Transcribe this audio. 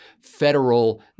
federal